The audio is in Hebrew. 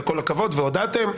וכל הכבוד והודעתם,